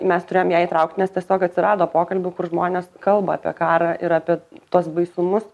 mes turėjom ją įtraukt nes tiesiog atsirado pokalbių kur žmonės kalba apie karą ir apie tuos baisumus